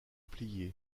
plié